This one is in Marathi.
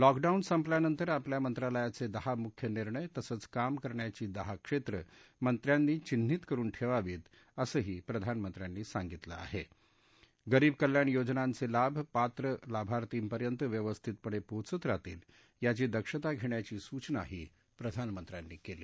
लॉकडाऊन संपल्यानंतर आपल्या मंत्रालयाचद्विहा मुख्य निर्णय तसंच काम करण्याची दहा क्षर्ट मंत्र्यांनी चिन्हीत करून ठक्कीीत असंही पंतप्रधानांनी सांगितलं आह शिरीब कल्याण योजनांचलिभ पात्र लाभार्थीपर्यंत व्यवस्थितपण शिहोचत राहतील याची दक्षता घष्ठाची सूचनाही पंतप्रधानांनी कली